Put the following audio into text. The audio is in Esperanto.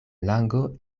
lango